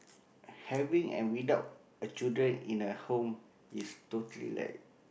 having and without a children in a home is totally like